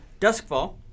Duskfall